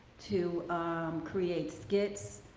to create skits.